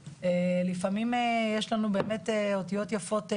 לפעמים יש לנו באמת אותיות יפות בחוק,